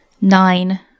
Nine